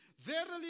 Verily